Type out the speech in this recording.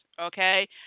okay